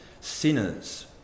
sinners